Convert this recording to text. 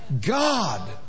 God